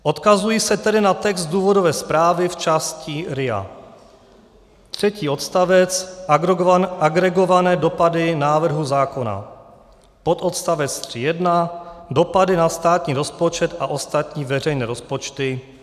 Odkazuji se tedy na text důvodové zprávy v části RIA třetí odstavec Agregované dopady návrhu zákona, pododstavec 3.1 Dopady na státní rozpočet a ostatní veřejné rozpočty.